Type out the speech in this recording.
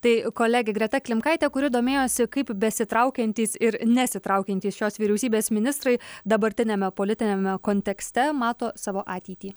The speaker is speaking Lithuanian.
tai kolegė greta klimkaitė kuri domėjosi kaip besitraukiantys ir nesitraukiantys šios vyriausybės ministrai dabartiniame politiniame kontekste mato savo ateitį